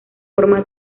forma